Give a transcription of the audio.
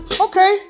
Okay